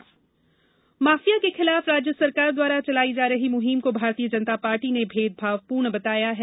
भाजपा आंदोलन माफिया के खिलाफ राज्य सरकार द्वारा चलाई जा रही मुहिम को भारतीय जनता पार्टी ने भेदभावपूर्ण बताया है